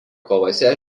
kovose